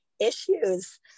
issues